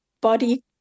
body